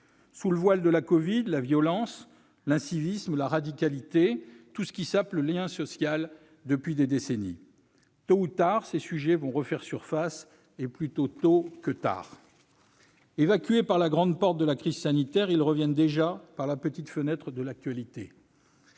sous le voile de la covid la violence, l'incivisme, la radicalité, tout ce qui sape le lien social depuis des décennies. Tôt ou tard- et plutôt tôt que tard !-, tous ces sujets vont refaire surface ; évacués par la grande porte de la crise sanitaire, ils reviennent déjà par la petite fenêtre de l'actualité